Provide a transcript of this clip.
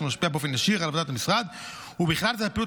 שמשפיע באופן ישיר על עבודת המשרד ובכלל זה על פעילות